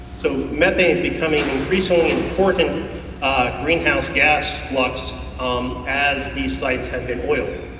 so methane is becoming an increasingly important greenhouse gas flux um as these sites have been oiled.